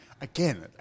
Again